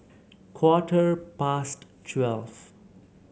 quarter past twelve